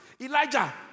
Elijah